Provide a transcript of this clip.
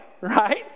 right